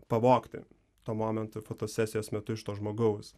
pavogti tuo momentu fotosesijos metu iš to žmogaus